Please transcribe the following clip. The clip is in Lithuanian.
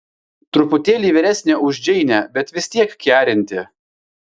truputėlį vyresnė už džeinę bet vis tiek kerinti